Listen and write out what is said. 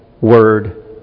Word